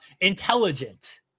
intelligent